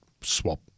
swap